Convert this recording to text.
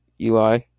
Eli